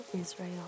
Israel